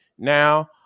Now